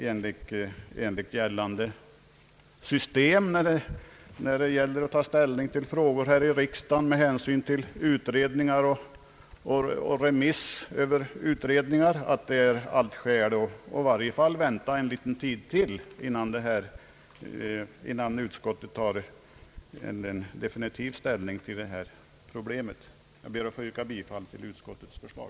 Enligt den praxis som gäller här i riksdagen med att invänta utredningar och remissutlåtanden över utredningar tror vi det är allt skäl att vänta ytterligare en tid innan vi tar definitiv ställning till detta problem. Jag ber att få yrka bifall till utskottets förslag.